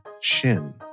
shin